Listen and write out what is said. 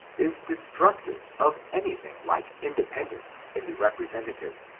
is destructive of anything like independence in the represen tative.